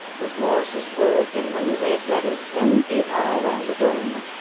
with morris's words in mosaic letters ten feet high round the dome.